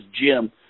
Jim